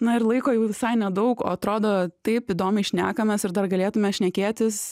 na ir laiko jau visai nedaug o atrodo taip įdomiai šnekamės ir dar galėtume šnekėtis